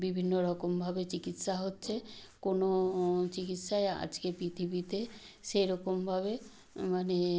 বিভিন্ন রকমভাবে চিকিৎসা হচ্ছে কোনো চিকিৎসায় আজকের পৃথিবীতে সেরকমভাবে মানে